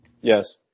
Yes